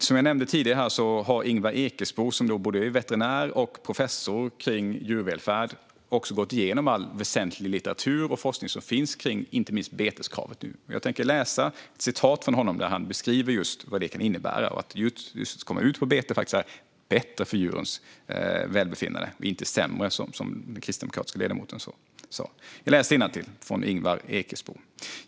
Som jag nämnde tidigare har Ingvar Ekesbo, som är både veterinär och professor i djurvälfärd, gått igenom all väsentlig litteratur och forskning som finns om inte minst beteskravet. Jag tänker läsa ett citat där han beskriver att just att komma ut på bete är bättre för djurens välbefinnande och inte sämre, vilket den kristdemokratiske ledamoten sa.